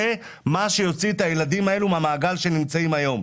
זה מה שיוציא את הילדים האלו מהמעגל שהם נמצאים בו היום.